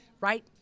right